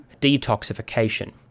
detoxification